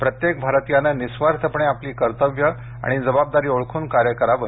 प्रत्येक भारतीयानं निस्वार्थपणे आपली कर्तव्यं आणि जबाबदारी ओळखून कार्य करावं